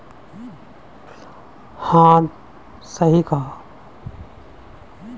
योजना के मुताबिक हर श्रमिक को श्रम चेक दिया जाना हैं